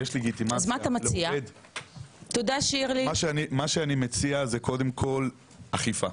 מה שאני מציע, זה קודם כל אכיפה.